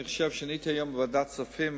אני חושב שעניתי היום בוועדת הכספים.